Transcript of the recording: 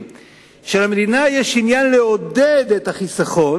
שלמדינה יש עניין לעודד את החיסכון,